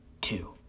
two